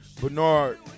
Bernard